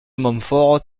montfort